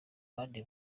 bandi